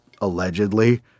allegedly